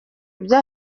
ibyo